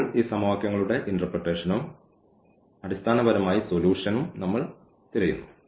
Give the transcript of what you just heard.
ഇപ്പോൾ ഈ സമവാക്യങ്ങളുടെ ഇന്റെർപ്രെറ്റേഷനും അടിസ്ഥാനപരമായി സൊലൂഷൻഉംനമ്മൾ തിരയുന്നു